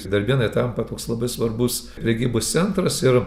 darbėnai tampa toks labai svarbus prekybos centras ir